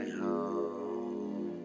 home